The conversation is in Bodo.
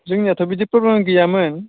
जोंनियाथ' बिदि प्रब्लेम गैयामोन